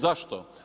Zašto?